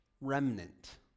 Remnant